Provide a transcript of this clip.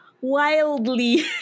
wildly